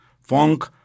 funk